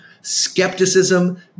skepticism